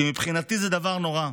כי מבחינתי זה דבר נורא.